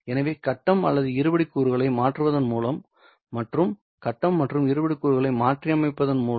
எனவே கட்டம் அல்லது இருபடி கூறுகளை மாற்றுவதன் மூலம் அல்லது கட்டம் மற்றும் இருபடி கூறுகளை மாற்றியமைப்பதன் மூலம் IQ ஐ பண்பேற்றம் செய்ய முடியும்